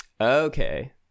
Okay